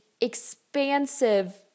expansive